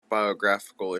biographical